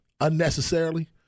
unnecessarily